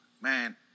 Man